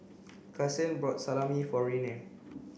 Kasen bought Salami for Ryne